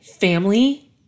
family